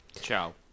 Ciao